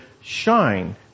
shine